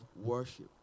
worship